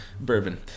bourbon